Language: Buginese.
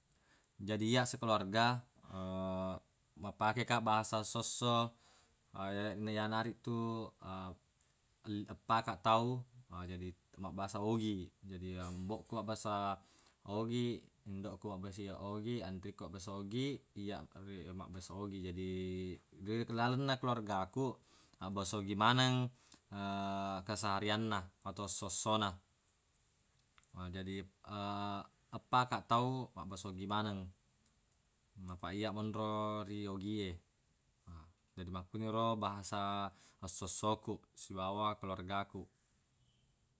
Jadi iyya sikeluarga mappake kaq bahasa essosso na ya- yanaritu el- eppa kaq tau jadi mabbahasa ogi. Jadi ya ambbokku mabbahasa ogi indokku mabbahasa ogi anrikku mabbahasa ogi iyya tafi- mabbahasa ogi. Jadi ri- lalenna keluargaku mabbahasa ogi maneng keseharianna ataun essosso na. Na jadi eppa kaq tau mabbahasa ogi maneng apaq iyya monro ri ogie, ha jadi makkuniro bahasa essossoku sibawa keluargaku.